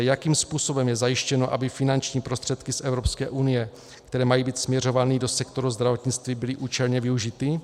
Jakým způsobem je zajištěno, aby finanční prostředky z Evropské unie, které mají být směřovány do sektoru zdravotnictví, byly účelně využity?